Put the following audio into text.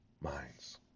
minds